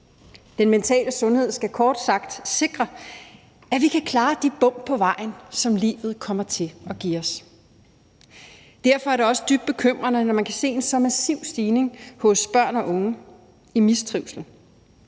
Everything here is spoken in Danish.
Den mentale sundhed skal kort sagt sikre, at vi kan klare de bump på vejen, som livet kommer til at give os. Derfor er det også dybt bekymrende, når man kan se en så massiv stigning i mistrivslen